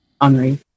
Henri